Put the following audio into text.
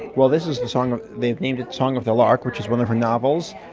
well, this is the song they've named it song of the lark, which is one of her novels.